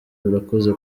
urakoze